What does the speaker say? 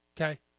Okay